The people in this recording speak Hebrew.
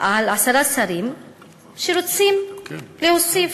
על עשרה שרים שרוצים להוסיף,